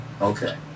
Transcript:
Okay